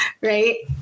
right